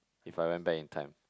if I went back in time